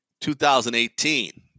2018